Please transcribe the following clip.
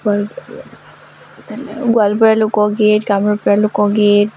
গোৱালপৰীয়া লোকগীত কামৰূপীয়া লোকগীত